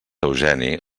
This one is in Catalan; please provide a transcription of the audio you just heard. eugeni